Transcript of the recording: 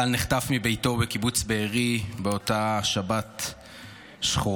טל נחטף מביתו בקיבוץ בארי באותה שבת שחורה.